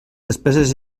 despeses